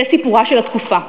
זה סיפורה של התקופה,